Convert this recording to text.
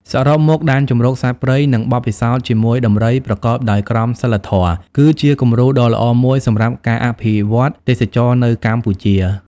សរុបមក ដែនជម្រកសត្វព្រៃ និង បទពិសោធន៍ជាមួយដំរីប្រកបដោយក្រមសីលធម៌ គឺជាគំរូដ៏ល្អមួយសម្រាប់ការអភិវឌ្ឍទេសចរណ៍នៅកម្ពុជា។